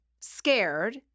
scared